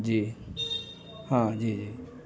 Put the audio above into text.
جی ہاں جی جی